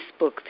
Facebook